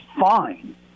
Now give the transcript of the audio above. fine